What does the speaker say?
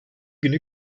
günü